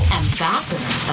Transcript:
ambassador